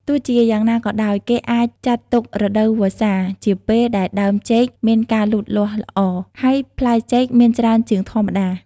ទោះជាយ៉ាងណាក៏ដោយ គេអាចចាត់ទុក រដូវវស្សា ជាពេលដែលដើមចេកមានការលូតលាស់ល្អ ហើយផ្លែចេកមានច្រើនជាងធម្មតា។